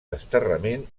desterrament